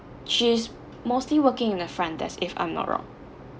she's mostly working in the front desk if I'm not wrong